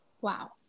Wow